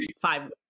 five